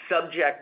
subject